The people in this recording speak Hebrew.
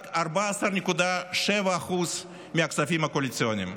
רק 14.7% מהכספים הקואליציוניים.